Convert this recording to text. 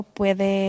puede